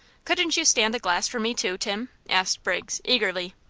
couldn't you stand a glass for me, too, tim? asked briggs, eagerly.